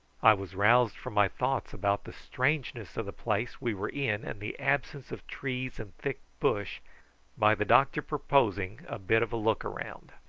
i was roused from my thoughts about the strangeness of the place we were in and the absence of trees and thick bush by the doctor proposing a bit of a look round.